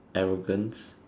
arrogance